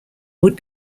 would